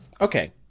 Okay